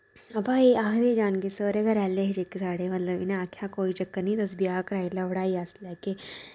हां वा एह् आखदे जान के सौह्रे घरे आह्ले हे जेह्के साढ़े मतलब इनें आखेआ कोई चक्कर नि तुस ब्याह् कराई लैओ पढ़ाई अस लैगे